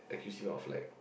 accuse him of like